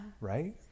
right